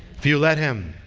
if you let him.